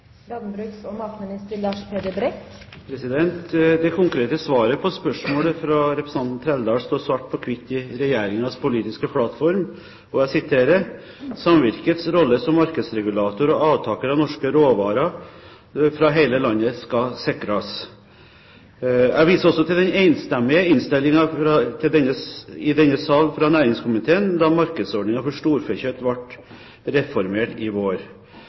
Det konkrete svaret på spørsmålet fra representanten Trældal står svart på hvitt i Regjeringens politiske plattform: «Samvirkets rolle som markedsregulator og avtaker av norske råvarer fra hele landet skal sikres.» Jeg viser også til den enstemmige innstillingen til denne sal fra næringskomiteen da markedsordningen for storfekjøtt ble reformert i vår.